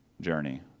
journey